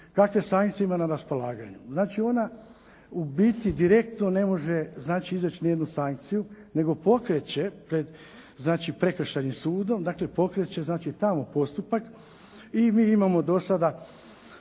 kakve sankcije ima na raspolaganju? Znači ona u biti direktno ne može izreći niti jednu sankciju, nego pokreće prekršajni sudom, dakle pokreće tamo postupak. I mi imamo do sada